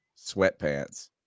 sweatpants